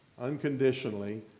unconditionally